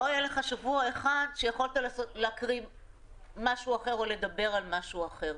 לא היה לך שבוע אחד שיכולת להקריא משהו אחר או לדבר על משהו אחר,